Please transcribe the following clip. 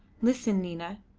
listen, nina,